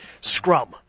scrum